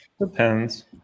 depends